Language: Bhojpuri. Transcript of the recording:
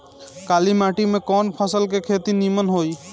काली माटी में कवन फसल के खेती नीमन होई?